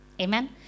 Amen